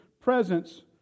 presence